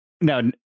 No